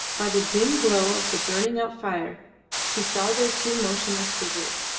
by the dim glow of the burning-out fire he saw their two motionless figures.